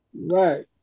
Right